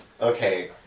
Okay